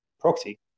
proxy